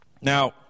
Now